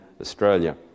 Australia